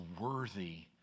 worthy